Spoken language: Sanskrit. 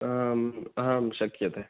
आम् आम् शक्यते